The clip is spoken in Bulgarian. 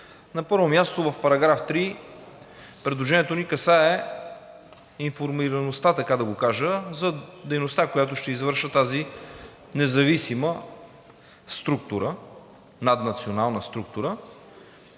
На първо място, в § 3 предложението ни касае информираността, така да го кажа, за дейността, която ще извършва тази независима структура – наднационална структура.